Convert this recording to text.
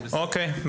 בסדר.